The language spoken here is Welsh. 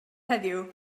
heddiw